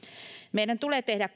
meidän tulee tehdä